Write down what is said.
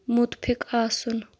مُتفِق آسُن